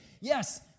Yes